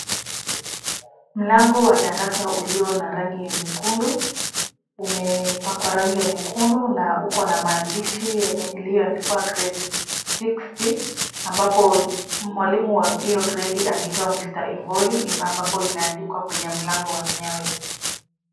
Mlango wa darasa ulio na rangi nyekundu, umepakwa rangi ya nyekundu na uko na maandishi ya iliyo andikwa grade 60, ambapo mwalimu wa hiyo gradi anaitwa Mr. Ivoli, ambapo imeandikwa kwenye mlango wenyewe.